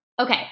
Okay